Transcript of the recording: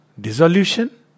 dissolution